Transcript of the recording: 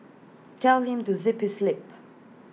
tell him to zip his lip